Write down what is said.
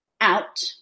out